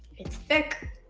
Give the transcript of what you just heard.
it's thick,